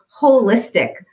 holistic